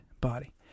body